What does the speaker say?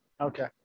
Okay